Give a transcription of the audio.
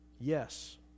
Yes